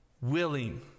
willing